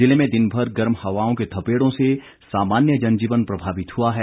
जिले में दिन भर गर्म हवाओं के थपेडों से सामान्य जनजीवन प्रभावित हुआ है